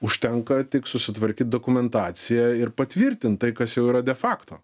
užtenka tik susitvarkyt dokumentaciją ir patvirtint tai kas jau yra de fakto